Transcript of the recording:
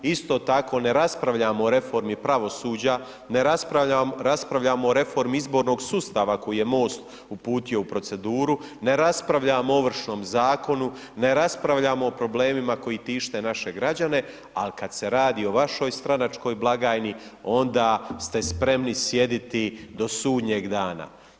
Isto tako ne raspravljamo o reformi pravosuđa, ne raspravljamo i reformi izbornog sustava koji je MOST uputio u proceduru, ne raspravljamo o Ovršnom zakonu, ne raspravljamo o problemima koji tište naše građane, ali kad se radi o vašoj stranačkoj blagajni onda ste spremni sjediti do sudnjeg dana.